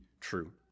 true